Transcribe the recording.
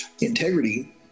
integrity